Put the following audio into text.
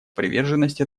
приверженность